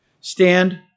Stand